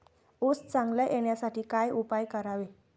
ऊस चांगला येण्यासाठी काय उपाय करावे?